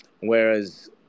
Whereas